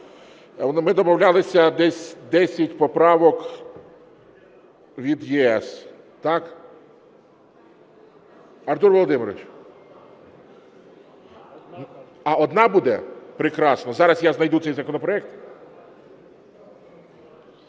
Ми домовлялися десь 10 поправок від "ЄС", так? Артур Володимирович. А одна буде? Прекрасно. Зараз я знайду цей законопроект. Хто